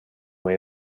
way